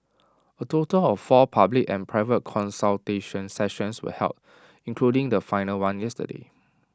A total of four public and private consultation sessions were held including the final one yesterday